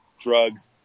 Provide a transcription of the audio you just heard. drugs